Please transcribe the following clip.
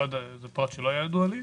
זה פרט שלא היה ידוע לי.